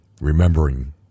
Remembering